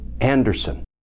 Anderson